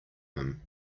him